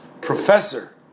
Professor